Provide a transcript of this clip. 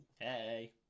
Hey